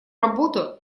работу